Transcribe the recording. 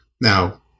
now